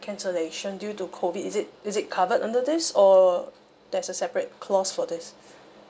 cancellation due to COVID is it is it covered under this or there's a separate clause for this